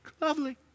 Lovely